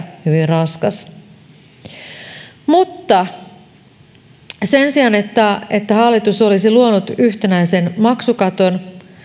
raskas mutta sen sijaan että että hallitus olisi luonut yhtenäisen maksukaton